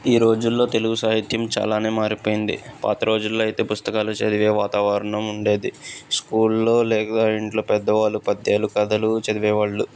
ఈ రోజుల్లో తెలుగు సాహిత్యం చాలానే మారిపోయింది పాత రోజుల్లో అయితే పుస్తకాలు చదివే వాతావరణం ఉండేది స్కూళ్ళో లేదా ఇంట్లో పెద్దవాళ్ళు పద్యాలు కథలు చదివేవాళ్ళు